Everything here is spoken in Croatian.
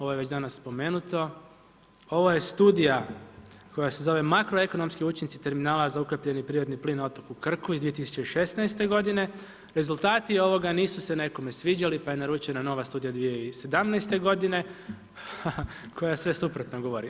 Ovo je već danas spomenuto, ovo je studija koja se zovi makroekonomski učinci terminala za ukapljeni prirodni plin na otoku Krku iz 2016. g. Rezultati ovoga nisu se nikome sviđa pa je naručena nova studija 2017. godine koja sve suprotno govori.